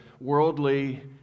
worldly